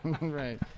Right